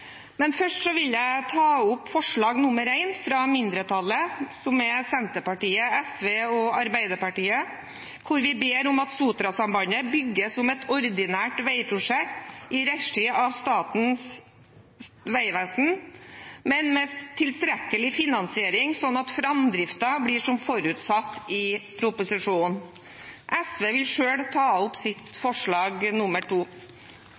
men det vil jeg komme tilbake til i et eget innlegg. Først vil jeg ta opp forslag nr. 1, fra mindretallet, som er Senterpartiet, SV og Arbeiderpartiet, der vi ber om at Sotrasambandet bygges som et ordinært veiprosjekt i regi av Statens vegvesen, men med tilstrekkelig finansiering slik at framdriften blir som forutsatt i proposisjonen. SV vil selv ta opp sitt